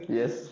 yes